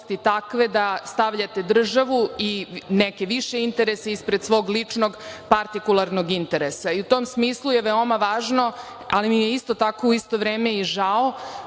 takve da stavljate državu i neke više interese ispred svog ličnog partikularnog interesa. U tom smislu je veoma važno, ali mi je isto tako u isto vreme i žao